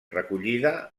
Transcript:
recollida